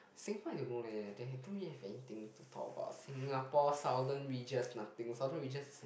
Singapore I don't know leh I don't really have anything to talk about Singapore Southern Ridges nothing Southern Ridges